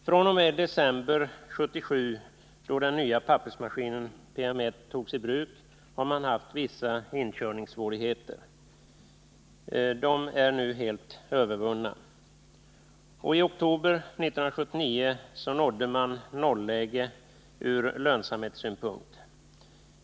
fr.o.m. december 1977, då den nya pappersmaskinen PM 1 togs i bruk, har man haft vissa inkörningssvårigheter. De är nu helt övervunna. I oktober 1979 nådde man nolläge ur lönsamhetssynpunkt.